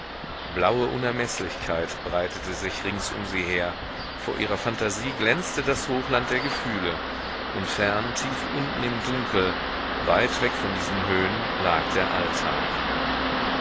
blaue unermeßlichkeit breitete sich rings um sie her vor ihrer phantasie glänzte das hochland der gefühle und fern tief unten im dunkel weit weg von diesen höhen lag der alltag